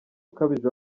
ukabije